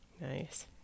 Nice